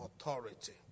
Authority